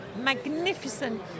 magnificent